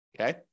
okay